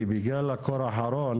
כי בגלל הקור האחרון